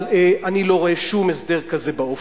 אבל אני לא רואה שום הסדר כזה באופק.